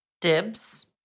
dibs